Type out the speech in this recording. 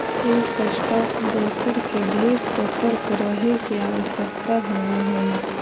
एक stock broker के ढेर सतर्क रहे के आवश्यकता होब हई